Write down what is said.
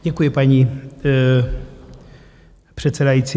Děkuji, paní předsedající.